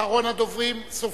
אחרון הדוברים, סופי.